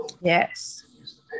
Yes